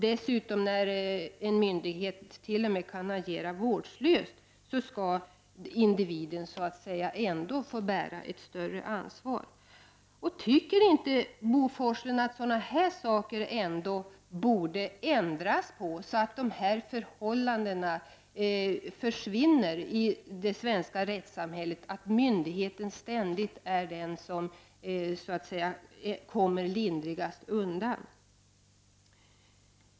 Nu får individen bära ett större ansvar även när en myndighet har agerat t.o.m. vårdslöst. Anser inte Bo Forslund att det borde bli en ändring, så att missförhållanden av den här typen försvinner från det svenska rättssamhället, dvs. att myndigheten ständigt kommer lindrigast undan?